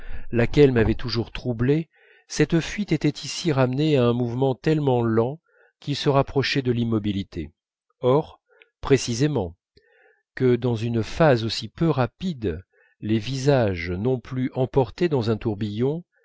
laquelle m'avait toujours troublé cette fuite était ici ramenée à un mouvement tellement lent qu'il se rapprochait de l'immobilité or précisément que dans une phase aussi peu rapide les visages non plus emportés dans un tourbillon